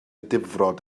difrod